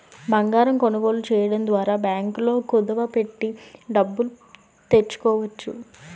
బంగారం కొనుగోలు చేయడం ద్వారా బ్యాంకుల్లో కుదువ పెట్టి డబ్బులు తెచ్చుకోవచ్చు